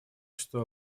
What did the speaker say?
что